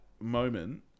moment